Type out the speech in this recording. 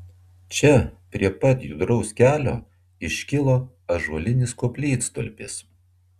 čia prie pat judraus kelio iškilo ąžuolinis koplytstulpis